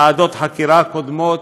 ועדות חקירה קודמות,